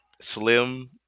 slim